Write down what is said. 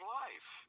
life